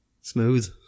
Smooth